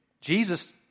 Jesus